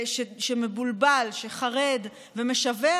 שמבולבל, שחרד, ומשווע